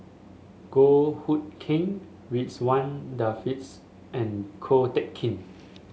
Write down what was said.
Goh Hood Keng Ridzwan Dzafir and Ko Teck Kin